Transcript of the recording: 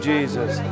Jesus